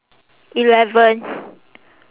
eleven